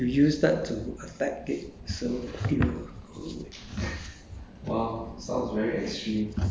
then when you have the sexual thing arises you use that to affect it so you